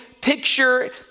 picture